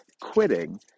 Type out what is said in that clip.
quitting